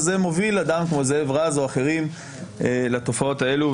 זה מוביל אדם כמו זאב רז או אחרים לתופעות האלה.